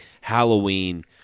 Halloween